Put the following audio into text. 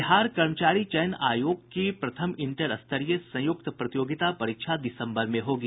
बिहार कर्मचारी चयन आयोग की प्रथम इंटरस्तरीय संयुक्त प्रतियोगिता परीक्षा दिसम्बर में होगी